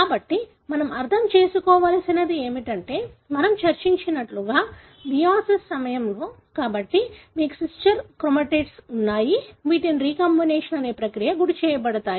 కాబట్టి మనం అర్థం చేసుకోవలసినది ఏమిటంటే మనము చర్చించినట్లుగా మియోసిస్ సమయంలో కాబట్టి మీకు సిస్టర్ క్రోమాటిడ్స్ ఉన్నాయి వీటిని రీకాంబినేషన్ అనే ప్రక్రియకు గురిచేయబడతాయి